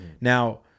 Now